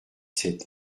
sept